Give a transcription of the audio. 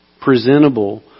presentable